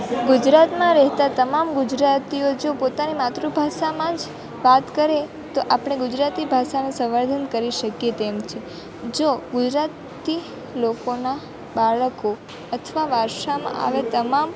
ગુજરાતમાં રહેતાં તમામ ગુજરાતીઓ જો પોતાની માતૃભાષામાં જ વાત કરે તો આપણે ગુજરાતી ભાષાનું સંવર્ધન કરી શકીએ તેમ છે જો ગુજરાતી લોકોના બાળકો અથવા વારસામાં આવેલાં તમામ